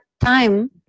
time